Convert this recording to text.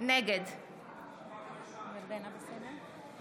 נגד איתן גינזבורג, אינו נוכח בעד.